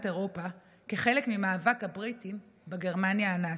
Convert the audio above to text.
אירופה כחלק מהמאבק הבריטי בגרמניה הנאצית.